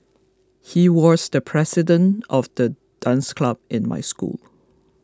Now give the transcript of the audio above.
he was the president of the dance club in my school